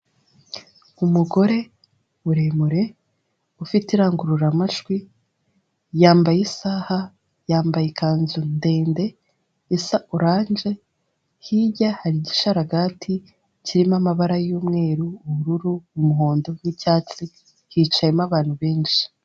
Umugore muremure ufite irangurura majwi, yambaye isaha, yambaye ikanzu ndende isa oranje, hirya hari igishararagati kirimo amabara y'umweru, ubururu, umuhondo n'icyatsi, hicayemo abantu benshi.